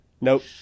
Nope